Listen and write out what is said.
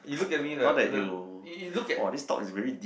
now that you !wah! this talk is very deep